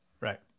right